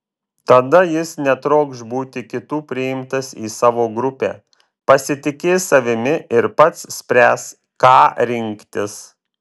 tada jis netrokš būti kitų priimtas į savo grupę pasitikės savimi ir pats spręs ką rinktis